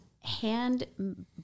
Hand